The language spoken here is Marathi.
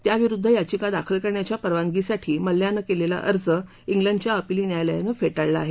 त्याविरुद्ध याचिका दाखल करण्याच्या परवानगीसाठी मल्ल्यानं केलेला अर्ज उलंडच्या अपीली न्यायालयानं फेटाळला आहे